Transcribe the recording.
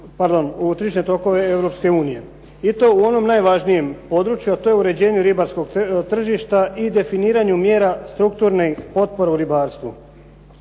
ribarstva u tržišne tokove Europske unije i to u onom najvažnijem području, a to je uređenje ribarskog tržišta i definiranju mjera strukturne potpore u ribarstvu.